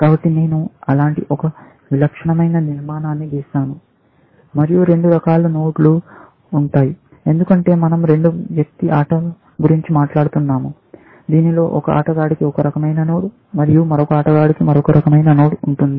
కాబట్టి నేను అలాంటి ఒక విలక్షణమైన నిర్మాణాన్ని గీస్తాను మరియు రెండు రకాల నోడ్లు ఉంటాయి ఎందుకంటే మనం రెండు వ్యక్తి ఆటల గురించి మాట్లాడుతున్నాము దీనిలో ఒక ఆటగాడి కి ఒక రకమైన నోడ్ మరియు మరొక ఆటగాడికి మరొక రకమైన నోడ్ ఉంటుంది